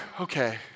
okay